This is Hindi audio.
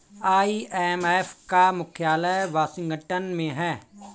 आई.एम.एफ का मुख्यालय वाशिंगटन में है